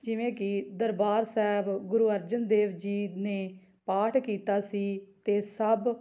ਜਿਵੇਂ ਕਿ ਦਰਬਾਰ ਸਾਹਿਬ ਗੁਰੂ ਅਰਜਨ ਦੇਵ ਜੀ ਨੇ ਪਾਠ ਕੀਤਾ ਸੀ ਅਤੇ ਸਭ